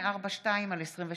פ/842/23.